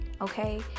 okay